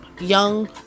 Young